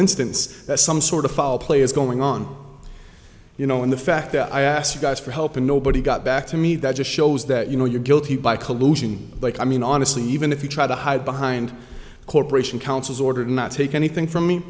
instance that some sort of foul play is going on you know in the fact that i asked you guys for help and nobody got back to me that just shows that you know you're guilty by collusion like i mean honestly even if you try to hide behind corporation counsel's order to not take anything from me